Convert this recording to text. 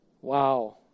Wow